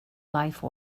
life